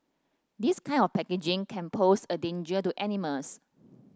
this kind of packaging can pose a danger to animals